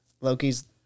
Loki's